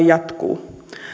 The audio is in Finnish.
jatkuu